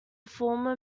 former